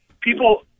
people